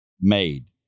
made